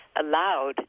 allowed